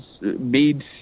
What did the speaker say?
made